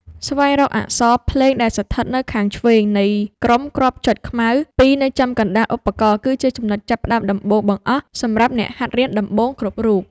ស្វែងរកអក្សរភ្លេងដែលស្ថិតនៅខាងឆ្វេងនៃក្រុមគ្រាប់ចុចខ្មៅពីរនៅចំកណ្តាលឧបករណ៍គឺជាចំណុចចាប់ផ្តើមដំបូងបង្អស់សម្រាប់អ្នកហាត់រៀនដំបូងគ្រប់រូប។